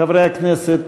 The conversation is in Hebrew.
חברי הכנסת,